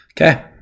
Okay